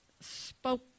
spoke